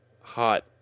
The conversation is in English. hot